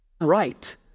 right